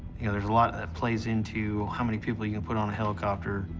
you know, there's a lot and that plays into how many people you can put on a helicopter.